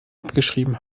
abgeschrieben